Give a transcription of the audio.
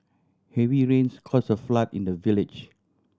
heavy rains caused a flood in the village